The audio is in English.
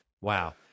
Wow